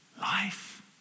life